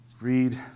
read